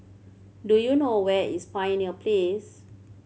do you know where is Pioneer Place